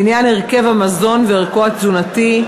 לעניין הרכב המזון וערכו התזונתי,